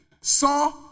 saw